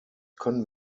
können